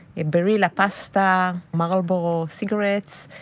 a barilla pasta, marlboro cigarettes,